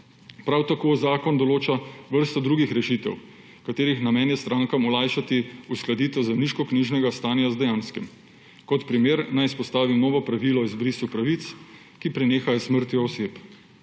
Prav tako zakon določa vrsto drugih rešitev, katerih namen je strankam olajšati uskladitev zemljiškoknjižnega stanja z dejanskim. Kot primer naj izpostavim novo pravilo o izbrisu pravic, ki prenehajo s smrtjo oseb.